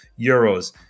Euros